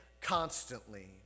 constantly